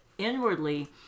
inwardly